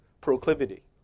proclivity